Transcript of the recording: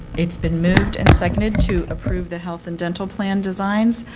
it's been moved and seconded to approve the health and dental plan designs.